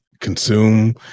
consume